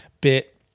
bit